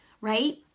right